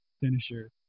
finisher